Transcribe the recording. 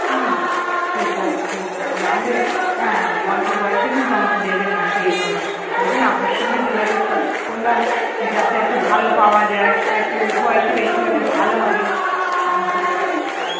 হুম ঠিক আছে ঠিক আছে নাহলে হ্যাঁ অল্প বয়সে কিন্তু আমাকে দেবেন না সেইভাবে দেখুন আপনার সঙ্গে যোগাযোগ করছি করলাম যাতে একটু ভালো পাওয়া যায় আর একটু বয়সে বেশি হলে ভালো হবে মাংসটা ওই